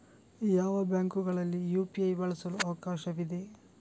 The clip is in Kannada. ಯಾವ ಬ್ಯಾಂಕುಗಳಲ್ಲಿ ಯು.ಪಿ.ಐ ಬಳಸಲು ಅವಕಾಶವಿದೆ?